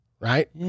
right